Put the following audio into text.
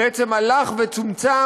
בעצם הלך וצומצם,